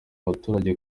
abaturage